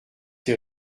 ces